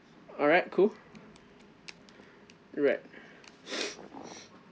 alright cool alright